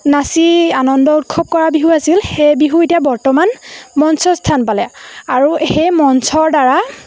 নাচি আনন্দ উৎসৱ কৰা বিহু আছিল সেই বিহু এতিয়া বৰ্তমান মঞ্চ স্থান পালে আৰু সেই মঞ্চৰদ্বাৰা